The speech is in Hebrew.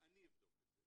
אני אבדוק את זה